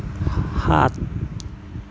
সাত